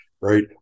right